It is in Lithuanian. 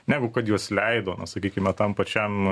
negu kad juos leido na sakykime tam pačiam